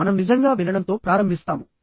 మనం నిజంగా వినడంతో ప్రారంభిస్తాము